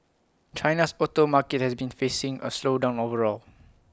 China's auto market has been facing A slowdown overall